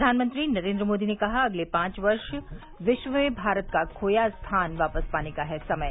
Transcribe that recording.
प्रधानमंत्री नरेंद्र मोदी ने कहा अगले पांच वर्ष विश्व में भारत का खोया स्थान वापस पाने का है समय